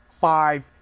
five